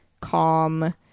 calm